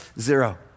Zero